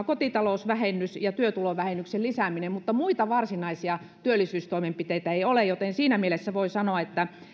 kotitalousvähennys ja työtulovähennyksen lisääminen mutta muita varsinaisia työllisyystoimenpiteitä ei ole joten siinä mielessä voi sanoa että